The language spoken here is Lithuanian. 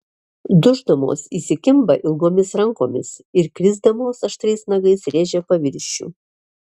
duždamos įsikimba ilgomis rankomis ir krisdamos aštriais nagais rėžia paviršių